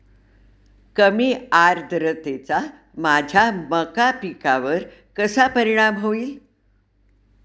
कमी आर्द्रतेचा माझ्या मका पिकावर कसा परिणाम होईल?